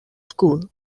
school